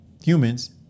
Humans